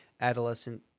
adolescent